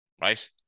Right